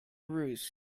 roost